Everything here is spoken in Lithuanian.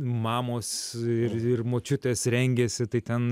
mamos ir ir močiutės rengėsi tai ten